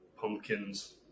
Pumpkins